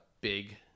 big